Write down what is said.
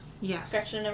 Yes